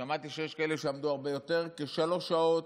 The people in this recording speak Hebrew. שמעתי שיש כאלה שעמדו הרבה יותר, כשלוש שעות.